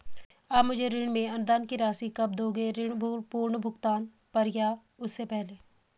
आप मुझे ऋण में अनुदान की राशि कब दोगे ऋण पूर्ण भुगतान पर या उससे पहले?